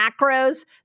macros